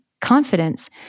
confidence